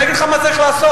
אני אומר לך מה צריך לעשות,